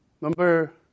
Number